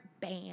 band